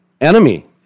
enemy